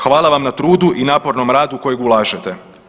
Hvala vam na trudu i napornom radu kojeg ulažete.